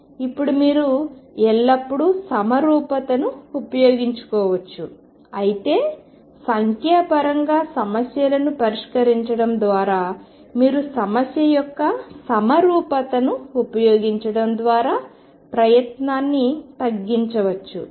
ఇప్పుడు మీరు ఎల్లప్పుడూ సమరూపతను ఉపయోగించుకోవచ్చు అయితే సంఖ్యాపరంగా సమస్యలను పరిష్కరించడం ద్వారా మీరు సమస్య యొక్క సమరూపతను ఉపయోగించడం ద్వారా ప్రయత్నాన్ని తగ్గించవచ్చు